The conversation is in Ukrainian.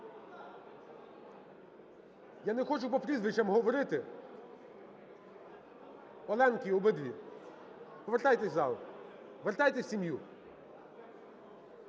Я не хочу по прізвищам говорити. Оленки обидві, повертайтеся в зал, вертайтеся в сім'ю.